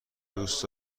دوست